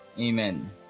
Amen